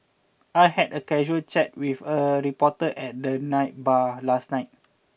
I had a casual chat with a reporter at the night bar last night